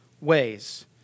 ways